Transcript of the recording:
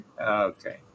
okay